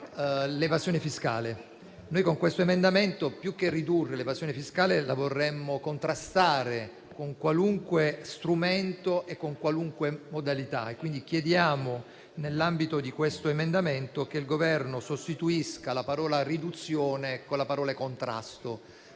l'evasione fiscale e noi, con l'emendamento 2.16, più che ridurre l'evasione fiscale la vorremmo contrastare con qualunque strumento e con qualunque modalità e quindi chiediamo, nell'ambito di questa proposta, che il Governo sostituisca la parola «riduzione» con la parola «contrasto».